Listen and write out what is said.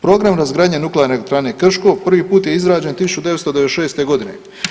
Program razgradnje Nuklearne elektrane Krško prvi put je izrađen 1996. godine.